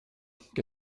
qu’est